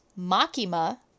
Makima